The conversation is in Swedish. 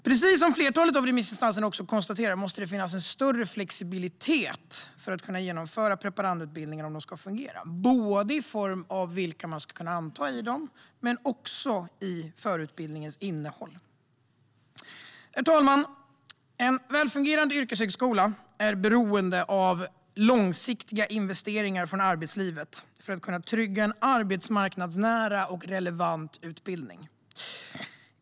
Precis som flertalet av remissinstanserna också har konstaterat måste det finnas en större flexibilitet i fråga om att genomföra preparandutbildningar om de ska fungera, både när det gäller vilka som man ska kunna anta och när det gäller förutbildningens innehåll. Herr talman! En välfungerande yrkeshögskola är beroende av långsiktiga investeringar från arbetslivet för att en arbetsmarknadsnära och relevant utbildning ska kunna tryggas.